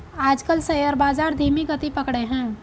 आजकल शेयर बाजार धीमी गति पकड़े हैं